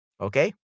Okay